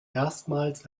erstmals